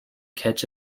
catch